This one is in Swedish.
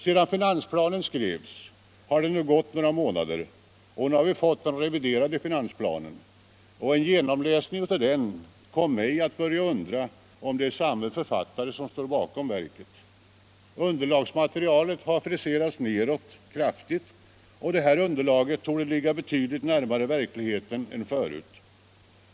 Sedan finansplanen skrevs har det gått några månader, och nu har vi fått den reviderade finansplanen. En genomläsning av den kommer mig att börja undra om det är samme författare som står bakom verket. Underlagsmaterialet har kraftigt friserats nedåt och torde nu ligga betydligt närmare verkligheten än förut.